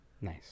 Nice